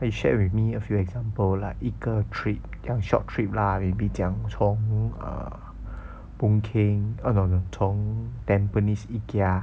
he share with me a few example lah 一个 trip 要 short trip lah maybe 讲从 uh boon keng oh no no 从 tampines Ikea